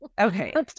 okay